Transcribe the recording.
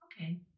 Okay